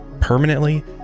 permanently